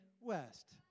West